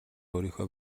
өөрийнхөө